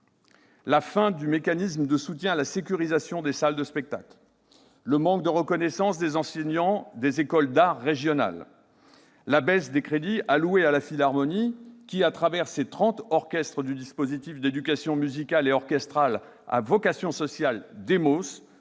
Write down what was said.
la fin du mécanisme de soutien à la sécurisation des salles de spectacle. Je pense également au manque de reconnaissance des enseignants des écoles d'art régionales, à la baisse des crédits alloués à la Philharmonie, qui, à travers ses trente orchestres du Dispositif d'éducation musicale et orchestrale à vocation sociale,